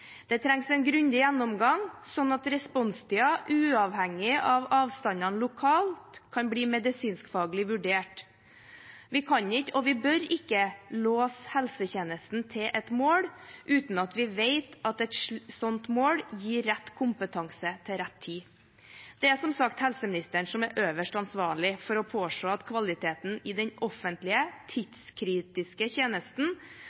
Det trengs en grundig gjennomgang, slik at responstida, uavhengig av avstandene lokalt, kan bli medisinskfaglig vurdert. Vi kan ikke og bør ikke låse helsetjenesten til et mål uten at vi vet at et slikt mål gir rett kompetanse til rett tid. Det er som sagt helseministeren som er den øverste ansvarlige for å påse at kvaliteten i den offentlige,